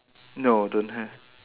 no don't have